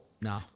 no